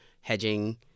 hedging